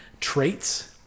traits